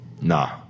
Nah